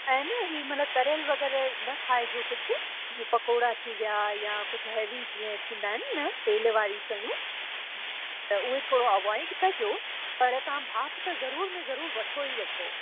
ऐं न हीअ माना तरियल वग़ैरह न खाइजो कुझु जीअं पकोड़ा थी विया या कुझु हैवी जीअं थींदा आहिनि न तेल वारी शयूं त उहे थोरो अवॉइड कजो पर तव्हां भाप त ज़रूर में ज़रूर वठो ई वठो